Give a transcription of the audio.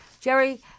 Jerry